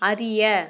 அறிய